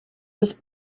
was